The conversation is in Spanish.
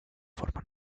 forma